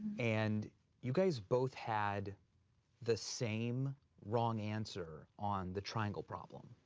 and you guys both had the same wrong answer on the triangle problem.